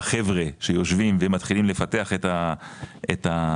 חבר'ה שיושבים ומתחילים לפתח את הטכנולוגיה,